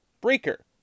Breaker